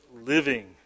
Living